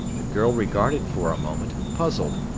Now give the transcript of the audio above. the girl regarded for a moment, puzzled,